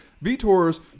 Vitor's